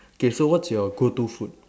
okay so what's your go to food